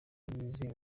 yizewe